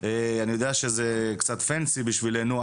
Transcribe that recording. אני יודע שזה קצת מפואר בשבילנו,